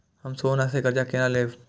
हम सोना से कर्जा केना लैब?